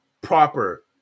proper